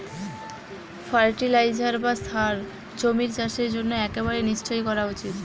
fertiliser বা সার জমির চাষের জন্য একেবারে নিশ্চই করা উচিত